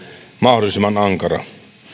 mahdollisimman ankara